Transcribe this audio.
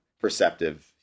perceptive